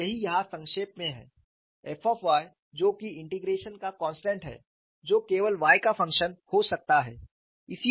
और यही यहाँ संक्षेप में है f जो की इंटीग्रेशन का कॉन्स्टेंट है जो केवल y का फंक्शन हो सकता है